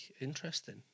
interesting